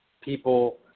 people